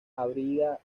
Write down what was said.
habría